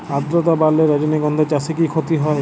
আদ্রর্তা বাড়লে রজনীগন্ধা চাষে কি ক্ষতি হয়?